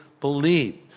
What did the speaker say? believe